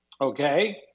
okay